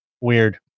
Weird